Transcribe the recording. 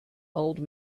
old